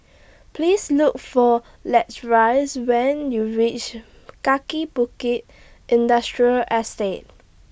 Please Look For Latrice when YOU REACH Kaki Bukit Industrial Estate